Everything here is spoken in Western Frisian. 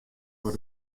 foar